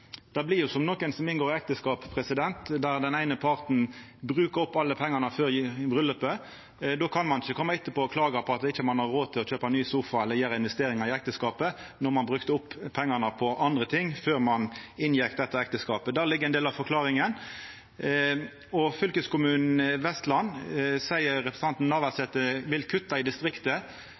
Det blir som nokon som inngår ekteskap, der den eine parten bruker opp alle pengane før bryllaupet. Då kan ein ikkje koma etterpå og klaga over at ein ikkje har råd til å kjøpa ny sofa eller gjera investeringar i ekteskapet, når ein brukte opp pengane på andre ting først. Der ligg ein del av forklaringa. Representanten Navarsete seier fylkeskommunen Vestland vil kutta i distriktet.